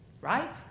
Right